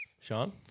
Sean